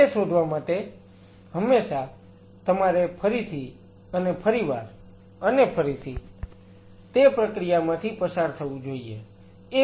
તે શોધવા માટે હંમેશા તમારે ફરીથી અને ફરીવાર અને ફરીથી તે પ્રક્રિયામાંથી પસાર થવું જોઈએ